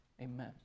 amen